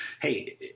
Hey